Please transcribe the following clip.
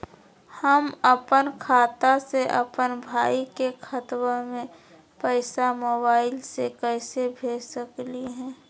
हम अपन खाता से अपन भाई के खतवा में पैसा मोबाईल से कैसे भेज सकली हई?